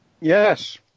Yes